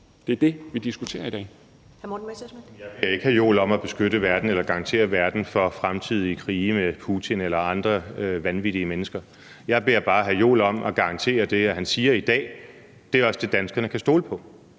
Det er det, vi diskuterer i dag.